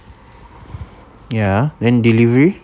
ya then delivery